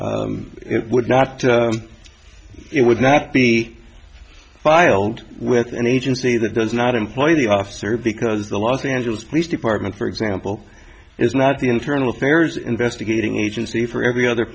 it would not it would not be filed with an agency that does not employ the officer because the los angeles police department for example is not the internal affairs investigating agency for every other